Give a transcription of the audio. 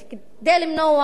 כדי למנוע את